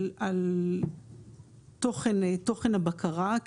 תוכן הבקרה.